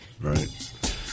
Right